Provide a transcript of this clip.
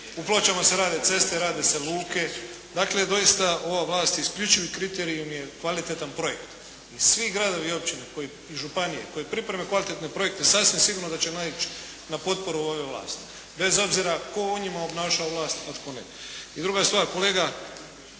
u Pločama se rade ceste, rade se luke, dakle, doista ova Vlada isključivi kriterij im je kvalitetan projekt. I svi gradovi i općine koji, i županije, koji pripreme kvalitetne projekte sasvim sigurno da će naići na potporu …/Govornik se ne razumije./… vlasti. Bez obzira tko u njima obnašao vlast a tko ne. I druga stvar. Kolega,